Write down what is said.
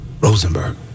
Rosenberg